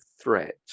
threat